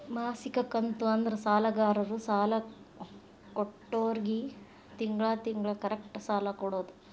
ಮಾಸಿಕ ಕಂತು ಅಂದ್ರ ಸಾಲಗಾರರು ಸಾಲ ಕೊಟ್ಟೋರ್ಗಿ ತಿಂಗಳ ತಿಂಗಳ ಕರೆಕ್ಟ್ ಸಾಲ ಕೊಡೋದ್